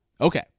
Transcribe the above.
Okay